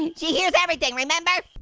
and she hears everything, remember?